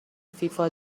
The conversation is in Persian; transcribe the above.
فیفا